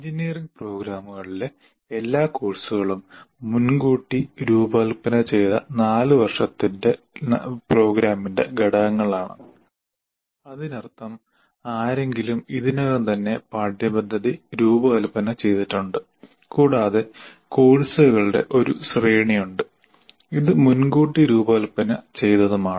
engineering പ്രോഗ്രാമുകളിലെ എല്ലാ കോഴ്സുകളും മുൻകൂട്ടി രൂപകൽപ്പന ചെയ്ത 4 വർഷത്തെ പ്രോഗ്രാമിന്റെ ഘടകങ്ങളാണ് അതിനർത്ഥം ആരെങ്കിലും ഇതിനകം തന്നെ പാഠ്യപദ്ധതി രൂപകൽപ്പന ചെയ്തിട്ടുണ്ട് കൂടാതെ കോഴ്സുകളുടെ ഒരു ശ്രേണി ഉണ്ട് അത് മുൻകൂട്ടി രൂപകൽപ്പന ചെയ്തതുമാണ്